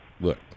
Look